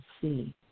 see